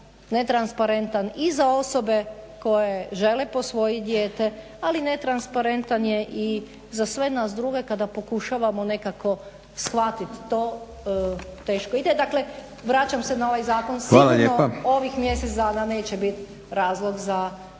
netransparentan i za osobe koje žele posvojiti dijete, ali i netransparentan je i za sve nas druge kada pokušavamo nekako shvatiti, teško ide. Vraćam se na ovaj zakon … /Upadica: Hvala lijepa./